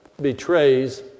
betrays